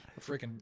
Freaking